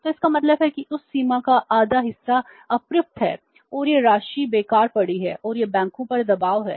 तो इसका मतलब है कि उस सीमा का आधा हिस्सा अप्रयुक्त है और यह राशि बेकार पड़ी है और यह बैंकों पर दबाव है